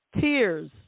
Tears